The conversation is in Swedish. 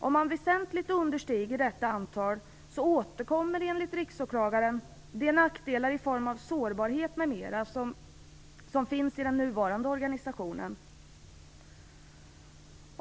Om man väsentligt understiger detta antal, återkommer enligt riksåklagaren de nackdelar i form av sårbarhet m.m. som finns i den nuvarande organisationen.